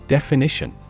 Definition